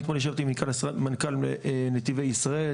אני אתמול ישבתי עם מנכ"ל נתיבי ישראל,